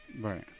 right